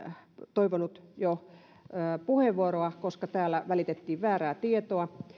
toivonut puheenvuoroa koska täällä välitettiin väärää tietoa